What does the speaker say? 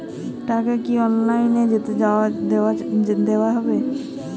টাকা কি অনলাইনে দেওয়া যাবে?